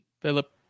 Philip